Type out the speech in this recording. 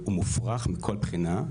הוא מופרך מכל בחינה.